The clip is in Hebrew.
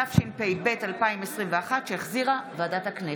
התשפ"ב 2021, שהחזירה ועדת הכנסת.